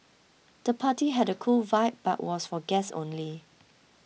the party had a cool vibe but was for guests only